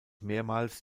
mehrmals